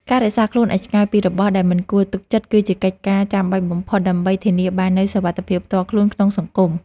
ការរក្សាខ្លួនឱ្យឆ្ងាយពីរបស់ដែលមិនគួរទុកចិត្តគឺជាកិច្ចការចាំបាច់បំផុតដើម្បីធានាបាននូវសុវត្ថិភាពផ្ទាល់ខ្លួនក្នុងសង្គម។